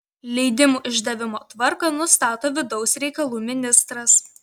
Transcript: leidimų išdavimo tvarką nustato vidaus reikalų ministras